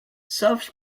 sauf